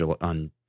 on